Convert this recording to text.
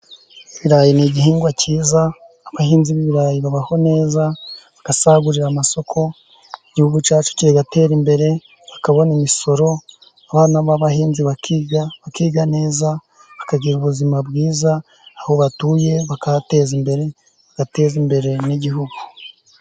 Ibirayi ni igihingwa cyiza, abahinzi b'ibirayi babaho neza, bagasagurira amasoko igihugu cyacu kigatera imbere bakabona imisoro. Abana b'abahinzi bakiga neza bakagira ubuzima bwiza, aho batuye bakahateza imbere bagateza imbere n'igihugu.